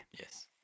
Yes